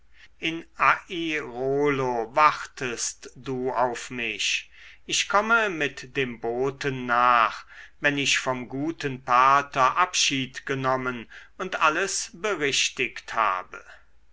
in airolo wartest du auf mich ich komme mit dem boten nach wenn ich vom guten pater abschied genommen und alles berichtigt habe